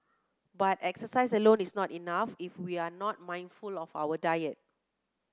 but exercise alone is not enough if we are not mindful of our diet